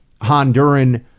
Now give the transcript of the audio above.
Honduran